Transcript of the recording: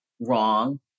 wrong